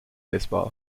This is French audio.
baseball